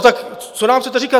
Tak co nám chcete říkat?